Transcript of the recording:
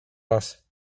raz